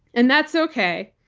and that's okay.